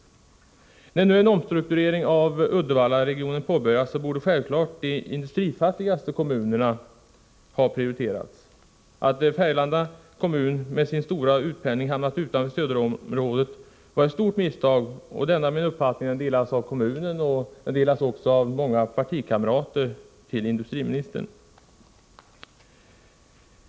När nu en omstrukturering av Uddevallaregionen påbörjas, borde självfallet de industrifattigaste kommunerna ha prioriterats. Att Färgelanda kommun med sin stora utpendling hamnade utanför stödområdet var ett stort misstag, och denna min uppfattning delas av kommunen och även av många partikamrater till industriministern.